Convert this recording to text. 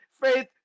faith